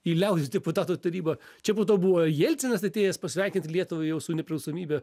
į liaudies deputatų tarybą čia po to buvo jelcinas atėjęs pasveikint lietuvą jau su nepriklausomybe